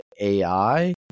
AI